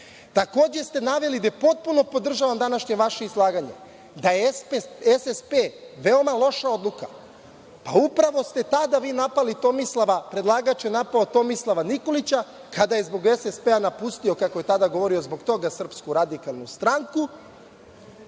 vlast? Takođe ste naveli, a potpuno podržavam današnje vaše izlaganje, da je SSP veoma loša odluka, a upravo ste tada vi napali Tomislava, predlagač je napao Tomislava Nikolića kada je zbog SSP napustio, kako je tada govorio, zbog toga, SRS, i krenula